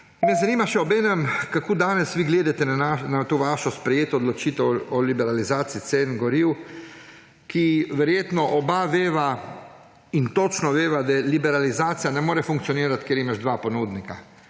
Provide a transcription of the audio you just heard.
poseg v te cene? Kako danes vi gledate na vašo sprejeto odločitev o liberalizaciji cen goriv? Verjetno oba veva, točno veva, da liberalizacija ne more funkcionirati, kjer imaš dva ponudnika.